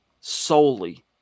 solely